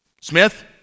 Smith